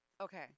Okay